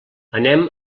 anem